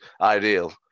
ideal